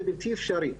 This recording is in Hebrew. זה בלתי אפשרי,